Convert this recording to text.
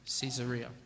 Caesarea